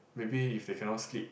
maybe if they cannot sleep